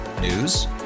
News